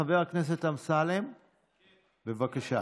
חבר הכנסת אמסלם, בבקשה.